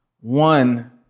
One